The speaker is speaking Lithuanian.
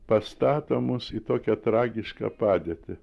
pastatomos į tokią tragišką padėtį